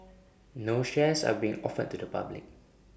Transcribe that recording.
no shares are being offered to the public